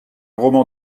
roman